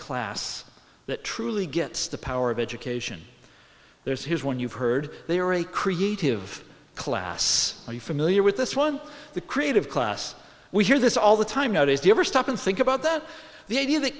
class that truly gets the power of education there's here's one you've heard they are a creative class are you familiar with this one the creative class we hear this all the time out is the ever stop and think about that the idea that